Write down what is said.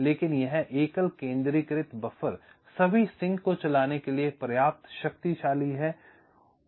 लेकिन यह एकल केंद्रीकृत बफर सभी सिंक को चलाने के लिए पर्याप्त शक्तिशाली है